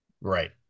Right